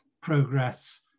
progress